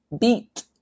beat